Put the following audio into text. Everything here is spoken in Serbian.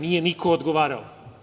Nije niko odgovarao.